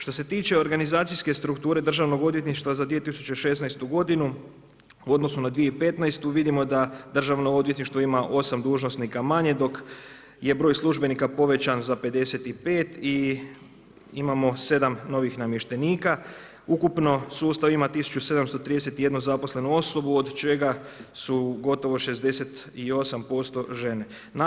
Što se tiče organizacijske strukture državnog odvjetništva za 2016. godinu u odnosu na 2015. vidimo da državno odvjetništvo ima 8 dužnosnika manje, dok je broj službenika povećan za 55 i imamo 7 novih namještenika, ukupno sustav ima 1731 zaposlenu osobu, od čega su gotovo 68% žene.